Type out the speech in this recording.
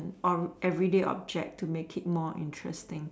on everyday object to make it more interesting